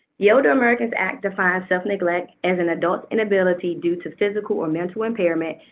the older americans act defines self-neglect as an adult's inability due to physical or mental impairment,